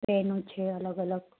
પેનો છે અલગ અલગ